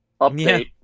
update